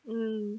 mm